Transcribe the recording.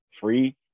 free